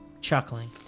chuckling